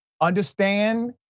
understand